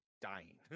dying